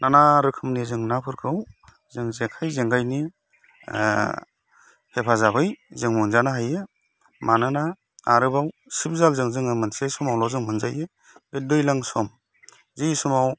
नाना रोखोमनि जों नाफोरखौ जों जेखाइ जेंगाइनि हेफाजाबै जों मोनजानो हायो मानोना आरोबाव सिबजालजों जोङो मोनसे समावल' जों मोनजायो बे दैज्लां सम जि समाव